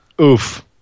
Oof